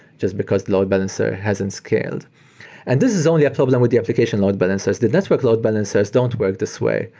just because load balancer hasn't scaled and this is only a problem with the application load balancers. the network load balancers don't work this way.